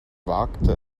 wagte